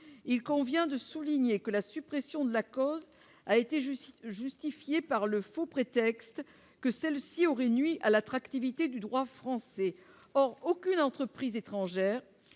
il convient de souligner que la suppression de la cause a été juste, justifiée par le faux prétexte que celle-ci aurait nui à l'attractivité du droit français, or aucune entreprise étrangère